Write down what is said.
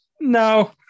no